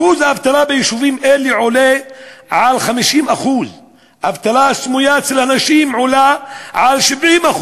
אחוז האבטלה ביישובים אלה עולה על 50%. האבטלה הסמויה אצל הנשים עולה על 70%,